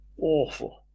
Awful